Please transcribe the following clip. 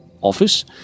office